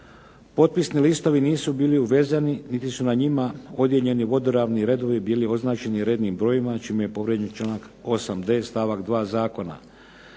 potpisni listovi nisu bili uvezani niti su na njima odijeljeni vodoravni redovi bili označeni rednim brojevima čime je povrijeđen članak 8d. stavak 2. Zakona.